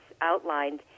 outlined